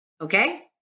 Okay